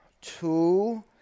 Two